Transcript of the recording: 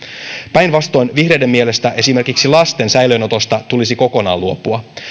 päinvastoin vihreiden mielestä esimerkiksi lasten säilöönotosta tulisi kokonaan luopua